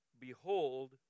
Behold